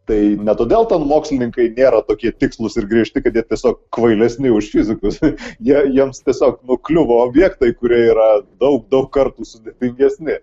tai ne todėl ten mokslininkai nėra tokie tikslūs ir griežti kad jie tiesiog kvailesni už fizikus jie jiems tiesiog nu kliuvo objektai kurie yra daug daug kartų sudėtingesni